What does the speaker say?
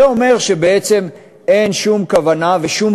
זה אומר שבעצם אין שום כוונה ושום